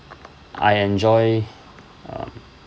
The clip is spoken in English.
I enjoy um